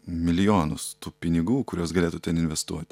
milijonus tų pinigų kuriuos galėtų ten investuoti